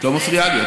את לא מפריעה לי,